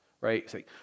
right